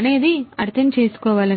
అనేది అర్థం చేసుకోవలెను